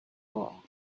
all